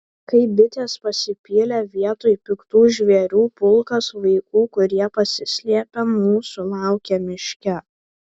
kaip bitės pasipylė vietoj piktų žvėrių pulkas vaikų kurie pasislėpę mūsų laukė miške